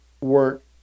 work